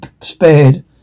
spared